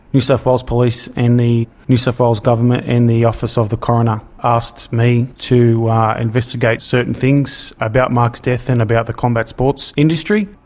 new south wales police and the new south wales government and the office of the coroner asked me to investigate certain things about mark's death and about the combat sports industry.